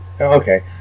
Okay